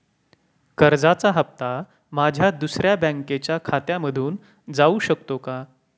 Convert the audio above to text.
कर्जाचा हप्ता माझ्या दुसऱ्या बँकेच्या खात्यामधून जाऊ शकतो का?